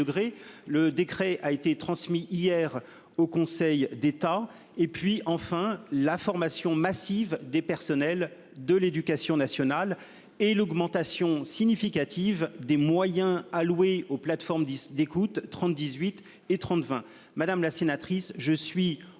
mesure a été transmis hier au Conseil d'État. Il s'agit enfin de former massivement les personnels de l'éducation nationale et d'augmenter significativement les moyens alloués aux plateformes d'écoute 3018 et 3020.